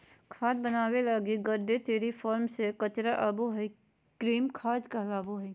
खाद बनाबे लगी गड्डे, डेयरी फार्म से जे कचरा आबो हइ, कृमि खाद कहलाबो हइ